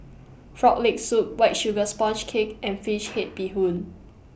Frog Leg Soup White Sugar Sponge Cake and Fish Head Bee Hoon